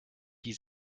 die